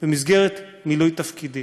במסגרת מילוי תפקידי.